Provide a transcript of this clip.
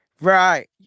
Right